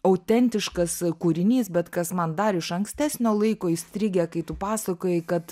autentiškas kūrinys bet kas man dar iš ankstesnio laiko įstrigę kai tu pasakojai kad